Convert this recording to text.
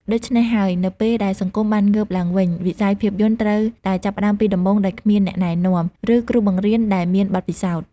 ដូច្នេះហើយ នៅពេលដែលសង្គមបានងើបឡើងវិញ វិស័យភាពយន្តត្រូវតែចាប់ផ្តើមពីដំបូង ដោយគ្មានអ្នកណែនាំ ឬគ្រូបង្រៀនដែលមានបទពិសោធន៍។